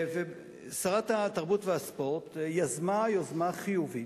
ושרת התרבות והספורט יזמה יוזמה חיובית,